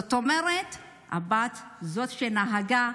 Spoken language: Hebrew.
זאת אומרת שהבת היא זאת שנהגה,